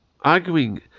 arguing